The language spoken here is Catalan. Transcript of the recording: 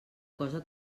cosa